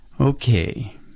Okay